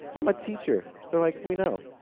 i'm a teacher! they're like, we know.